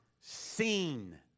seen